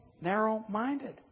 narrow-minded